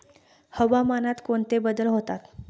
हवामानात कोणते बदल होतात?